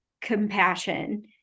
compassion